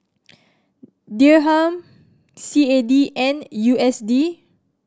Dirham C A D and U S D